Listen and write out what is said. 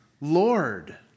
Lord